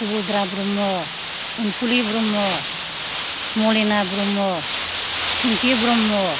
Subudra Brahma Ansuli Brahma Malena Brahma Phinkhi Brahma